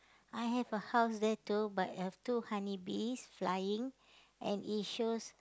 I have a house there too but have two honeybees flying and it shows